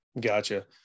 Gotcha